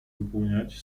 выполнять